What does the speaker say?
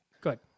good